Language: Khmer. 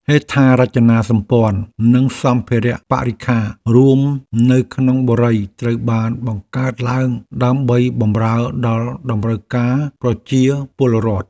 ហេដ្ឋារចនាសម្ព័ន្ធនិងសម្ភារៈបរិក្ខាររួមនៅក្នុងបុរីត្រូវបានបង្កើតឡើងដើម្បីបម្រើដល់តម្រូវការប្រជាពលរដ្ឋ។